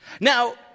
now